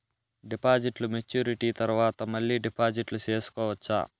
డిపాజిట్లు మెచ్యూరిటీ తర్వాత మళ్ళీ డిపాజిట్లు సేసుకోవచ్చా?